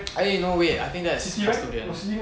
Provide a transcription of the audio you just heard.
eh no wait I think that's custodian